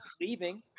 leaving